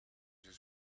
his